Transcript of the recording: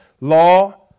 law